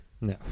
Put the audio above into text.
No